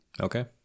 Okay